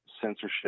censorship